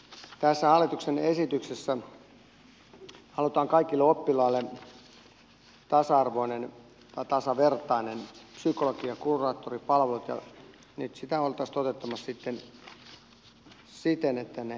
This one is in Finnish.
tässä hallituksen esityksessä halutaan kaikille oppilaille tasavertaiset psykologi ja kuraattoripalvelut ja nyt sitä oltaisiin toteuttamassa siten että ne siirtyvät kunnalle